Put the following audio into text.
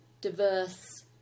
diverse